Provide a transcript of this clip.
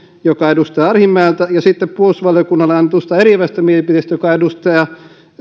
joka on edustaja arhinmäeltä ja sitten puolustusvaliokunnalle annetussa eriävässä mielipiteessä joka on edustaja